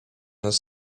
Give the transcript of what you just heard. his